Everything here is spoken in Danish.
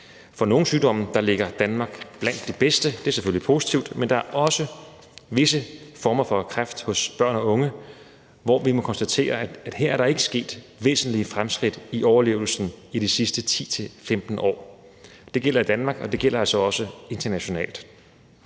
For nogle sygdomme ligger Danmark blandt de bedste, og det er selvfølgelig positivt, men der er også visse former for kræft hos børn og unge, hvor vi må konstatere, at der ikke er sket væsentlige fremskridt i overlevelsen i de sidste 10-15 år. Det gælder i Danmark, og det gælder altså også internationalt.